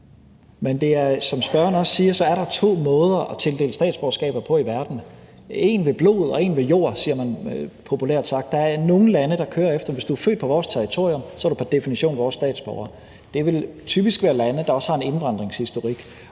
Men som spørgeren også siger, er der to måder at tildele statsborgerskaber på i verden. Der er en ved blod, og der er en ved jord, siger man populært. Der er nogle lande, der kører efter den regel: Hvis du er født på vores territorium, er du pr. definition vores statsborger. Det vil typisk være lande, der også har en indvandringshistorik.